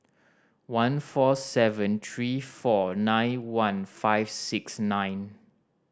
one four seven three four nine one five six nine